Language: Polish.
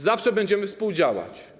Zawsze będziemy współdziałać.